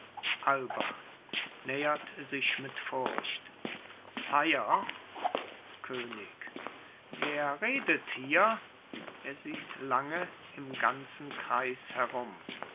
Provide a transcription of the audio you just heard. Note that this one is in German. alba nähert sich mit furcht sire könig wer redet hier er sieht lange im kreis herum